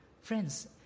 Friends